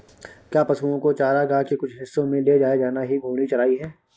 क्या पशुओं को चारागाह के कुछ हिस्सों में ले जाया जाना ही घूर्णी चराई है?